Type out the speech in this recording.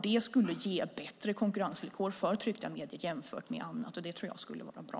Det skulle ge bättre konkurrensvillkor för tryckta medier jämfört med annat, och jag tror att det skulle vara bra.